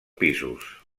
pisos